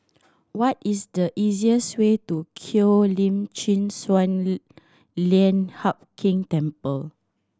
what is the easiest way to Cheo Lim Chin Sun Lian Hup Keng Temple